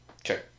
Okay